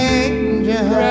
angel